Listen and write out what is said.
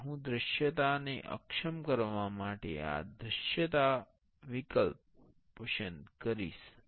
અને હું દૃશ્યતા ને અક્ષમ કરવા માટે આ દૃશ્યતા પસંદ કરીશ